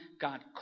God